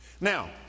Now